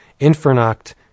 Infernoct